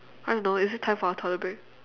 I don't know is it time for our toilet break